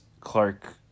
Clark